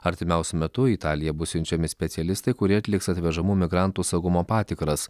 artimiausiu metu į italiją bus siunčiami specialistai kurie atliks atvežamų migrantų saugumo patikras